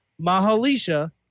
mahalisha